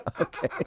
Okay